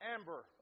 Amber